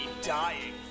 dying